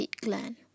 gland